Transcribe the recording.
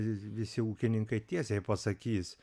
visi ūkininkai tiesiai pasakys